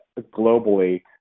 globally